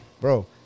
Bro